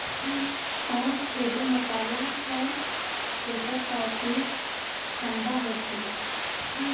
सौंफ एगो मसाला हअ एकर तासीर ठंडा होखेला